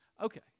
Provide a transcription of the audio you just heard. Okay